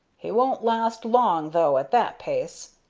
he won't last long, though, at that pace,